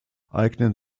eignen